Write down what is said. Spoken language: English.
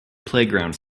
playgrounds